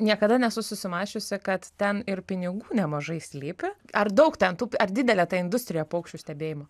niekada nesu susimąsčiusi kad ten ir pinigų nemažai slypi ar daug ten tų ar didelė ta industrija paukščių stebėjimo